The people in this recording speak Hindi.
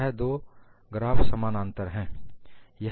यह दो ग्राफ समानांतर है